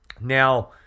Now